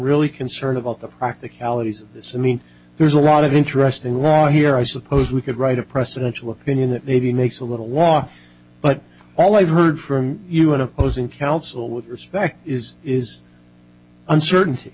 really concerned about the practicalities of this i mean there's a lot of interesting law here i suppose we could write a presidential opinion that maybe makes a little law but all i've heard from you in opposing counsel with respect is is uncertainty